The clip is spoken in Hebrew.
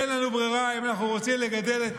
אין לנו ברירה אם אנחנו רוצים לגדל פה